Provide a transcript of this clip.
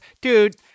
dude